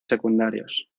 secundarios